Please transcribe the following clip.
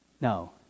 No